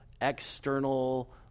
external